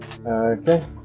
Okay